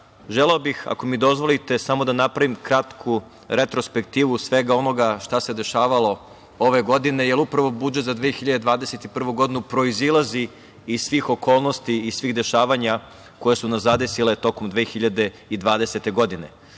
želeo bih ako mi dozvolite da napravim kratku retrospektivu svega onoga šta se dešavalo ove godine, jer upravo budžet za 2021. godinu proizilazi iz svih okolnosti, iz svih dešavanja koja su nas zadesila tokom 2020. godine. Dakle,